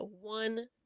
one